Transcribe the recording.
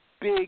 big